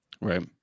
Right